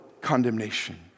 condemnation